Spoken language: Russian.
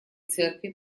церкви